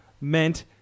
meant